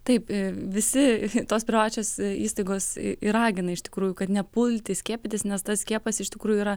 taip visi tos privačios įstaigos ir ragina iš tikrųjų kad nepulti skiepytis nes tas skiepas iš tikrųjų yra